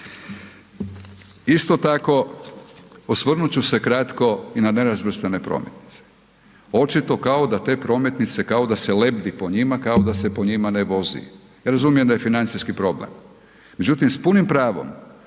Isto tako osvrnut ću se kratko i na nerazvrstane prometnice. Očito kao da te prometnice kao da se lebdi po njima, kao da se po njima ne vozi. Ja razumijem da je financijski problem, međutim s punim pravom